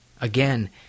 Again